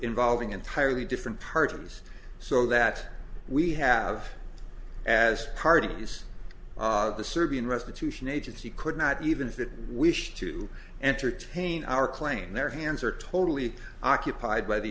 involving entirely different parties so that we have as parties the serbian restitution agency could not even if it wished to entertain our claim their hands are told occupied by the